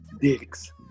dicks